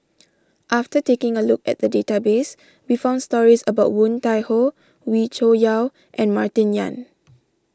after taking a look at the database we found stories about Woon Tai Ho Wee Cho Yaw and Martin Yan